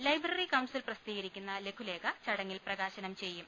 library council പ്രസിദ്ധീകരിക്കുന്ന ലഘുലേഖ ചടങ്ങിൽ പ്രകാശനം ചെയ്യും